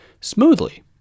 smoothly